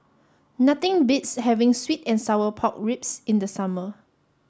nothing beats having Sweet and Sour Pork Ribs in the summer